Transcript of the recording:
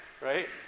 right